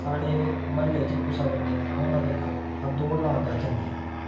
साढ़े म्हल्ले च कुसै बंदे ने हून दिक्खो अह दौड़ लान अस जन्ने आं